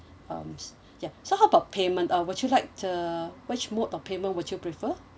um ya so how about payment uh would you like the which mode of payment would you prefer